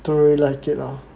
don't really like it lor